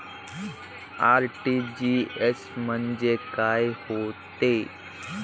RTGS म्हंजे काय होते?